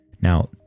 Now